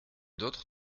d’autre